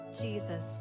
Jesus